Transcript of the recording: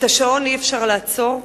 את השעון אי-אפשר לעצור,